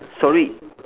sorry